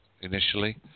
initially